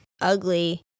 ugly